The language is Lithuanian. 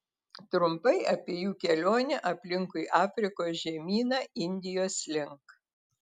trumpai apie jų kelionę aplinkui afrikos žemyną indijos link